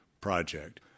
project